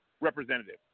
representative